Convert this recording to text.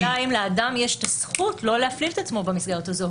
השאלה היא אם לאדם יש את הזכות לא להפליל את עצמו במסגרת הזאת.